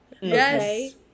Yes